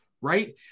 right